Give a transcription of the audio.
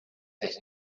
that